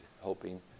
hoping